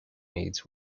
needs